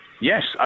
Yes